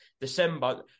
December